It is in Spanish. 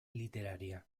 literaria